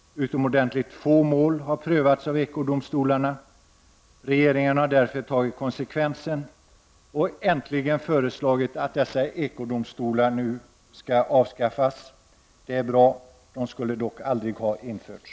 Ytterst få mål har prövats av ekodomstolarna. Regeringen har därför tagit konsekvensen och nu äntligen föreslagit att dessa ekodomstolar skall avskaffas. Det är bra. De skulle dock aldrig ha införts.